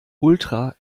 ultra